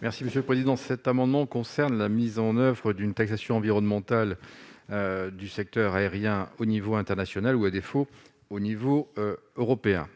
Merci Monsieur le Président, cet amendement concerne la mise en oeuvre d'une taxation environnementale du secteur aérien au niveau international, ou à défaut au niveau européen,